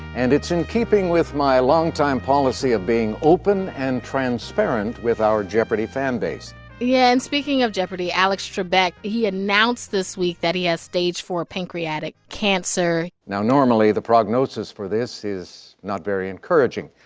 and it's in keeping with my longtime policy of being open and transparent with our jeopardy! fan base yeah. and speaking of jeopardy! alex trebek he announced this week that he has stage four pancreatic cancer now, normally, the prognosis for this is not very encouraging.